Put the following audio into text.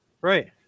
right